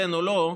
כן או לא,